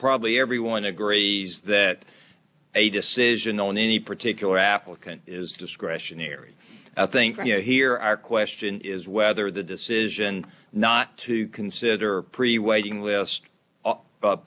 probably everyone agrees that a decision on any particular applicant is discretionary i think you hear our question is whether the decision not to consider pre waiting list